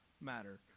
matter